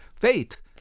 fate